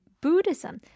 Buddhism